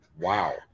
Wow